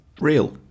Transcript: real